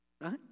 right